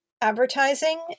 advertising